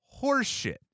horseshit